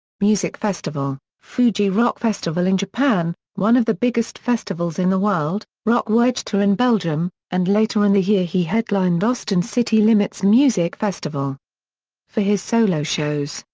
music festival, fuji rock festival in japan, one of the biggest festivals in the world, rock werchter in belgium, and later in the year he headlined austin city limits music festival for his solo shows,